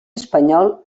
espanyol